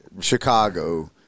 Chicago